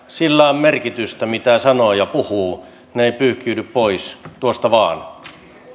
sillä on merkitystä mitä sanoo ja puhuu ne eivät pyyhkiydy pois tuosta vain